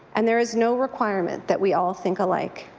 and there is no requirement that we all think alike.